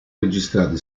registrati